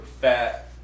fat